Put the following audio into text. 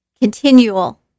continual